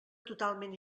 totalment